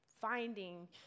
finding